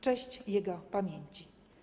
Cześć jego pamięci.